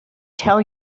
tell